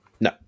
No